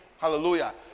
Hallelujah